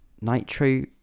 nitro